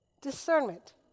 Discernment